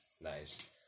Nice